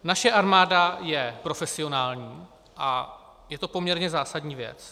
Naše armáda je profesionální, a je to poměrně zásadní věc.